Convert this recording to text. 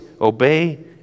obey